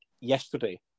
yesterday